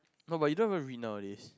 no but you don't even read nowadays